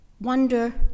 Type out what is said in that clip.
Wonder